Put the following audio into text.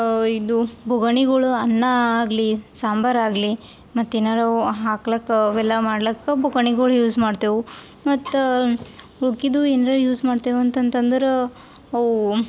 ಇದು ಬೊಗಣಿಗಳು ಅನ್ನ ಆಗಲಿ ಸಾಂಬಾರು ಆಗಲಿ ಮತ್ತು ಏನಾದ್ರೂ ಹಾಕ್ಲಿಕ್ಕ ಅವೆಲ್ಲ ಮಾಡ್ಲಿಕ್ಕ ಬೊಗಣಿಗಳು ಯೂಸ್ ಮಾಡ್ತೇವೆ ಮತ್ತು ಉಳ್ದಿದು ಏನರ ಯೂಸ್ ಮಾಡ್ತೇವೆ ಅಂತಂತಂದರೆ ಅವು